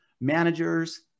managers